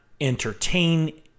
entertain